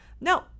no